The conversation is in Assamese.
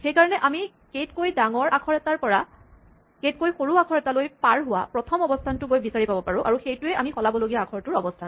সেইকাৰণে আমি কে তকৈ ডাঙৰ আখৰ এটাৰ পৰা কে তকৈ সৰু আখৰ এটালৈ পাৰ হোৱা প্ৰথম অৱস্হানটো গৈ বিচাৰি পাব পাৰো আৰু সেইটোৱেই আমি সলাবলগীয়া আখৰটোৰ অৱস্হান